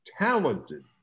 talented